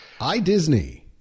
iDisney